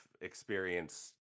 experience